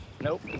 Nope